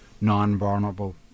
non-vulnerable